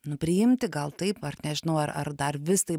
nu priimti gal taip ar nežinau ar ar dar vis taip